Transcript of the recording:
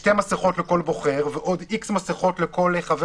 שתי מסכות לכל בוחר ועוד X מסכות לכל חבר